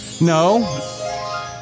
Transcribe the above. No